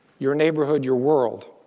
your neighborhood, your world.